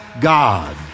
God